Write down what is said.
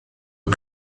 est